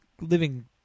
living